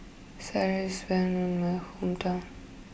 Sireh is well known in my hometown